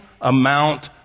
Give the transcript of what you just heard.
amount